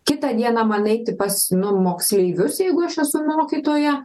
kitą dieną man eiti pas nu moksleivius jeigu aš esu mokytoja